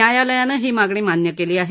न्यायालयानं ही मागणी मान्य केली आहे